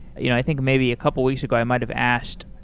you know i think maybe a couple of weeks ago i might've asked,